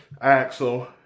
Axel